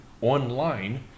online